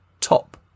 Top